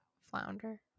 flounder